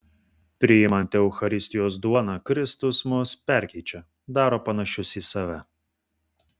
priimant eucharistijos duoną kristus mus perkeičia daro panašius į save